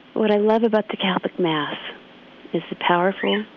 what i love about the catholic mass is the powerful,